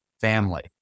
family